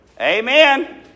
Amen